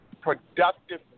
productive